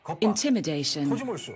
intimidation